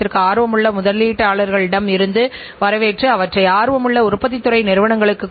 அந்த விலகலும் முன்கூட்டியேதீர்மானிக்கப்பட்டால் அந்த விலகலுக்கான காரணமும் முன்பேஅடையாளம் காணப்படுகிறது